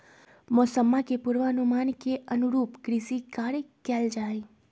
मौसम्मा के पूर्वानुमान के अनुरूप कृषि कार्य कइल जाहई